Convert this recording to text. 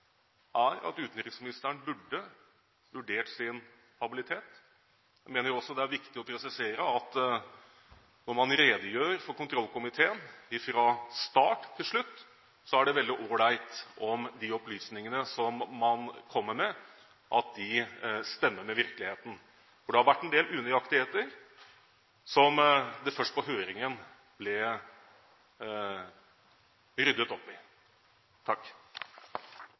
at utenriksministeren burde vurdert sin habilitet. Vi mener jo også det er viktig å presisere at når man redegjør for kontrollkomiteen fra start til slutt, er det veldig all right om de opplysningene som man kommer med, stemmer med virkeligheten. Det har vært en del unøyaktigheter som det først på høringen ble ryddet opp i.